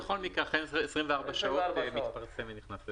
זה בכל מקרה אחרי 24 שעות מתפרסם ונכנס לתוקף.